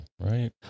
Right